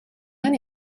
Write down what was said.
many